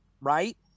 right